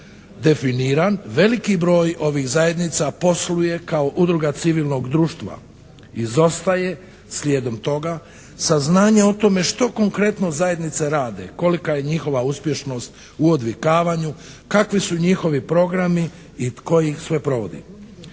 definiran veliki broj ovih zajednica posluje kao udruga civilnog društva. Izostaje slijedom toga saznanje o tome što konkretno zajednice rade? Kolika je njihova uspješnost u odvikavanju? Kakvi su njihovi programi i tko ih sve provodi?